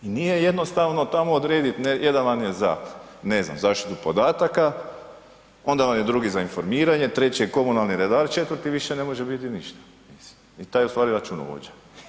I nije jednostavno tamo odrediti jedan manje za ne znam zaštitu podataka, onda vam je drugi za informiranje, treći je komunalni redar, četvrti više ne može biti ništa i taj je ustvari računovođa.